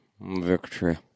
victory